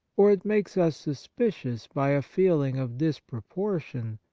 or it makes us suspicious by a feeling of disproportion,